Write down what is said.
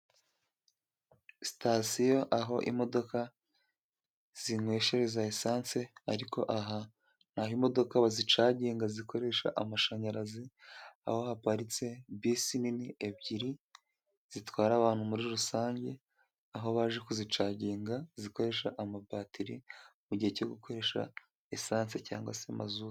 Sitasiyo aho imodoka zinyweshereza lisansi. Ariko aha ni aho imodoka bazicaginga zikoresha amashanyarazi, aho haparitse bisi nini ebyiri zitwara abantu muri rusange, aho baje kuzicaginga zikoresha amabatiri mugihe cyo gukoresha lisance cyangwa se mazutu.